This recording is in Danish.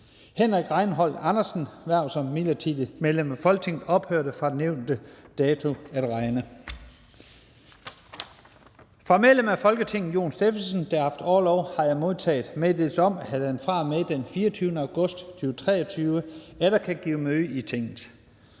Henrik Rejnholt Andersens (M) hverv som midlertidigt medlem af Folketinget ophørte fra nævnte dato at regne. Fra medlem af Folketinget Jon Stephensen (UFG), der har haft orlov, har jeg modtaget meddelelse om, at han fra og med den 24. august 2023 atter kan give møde i Tinget.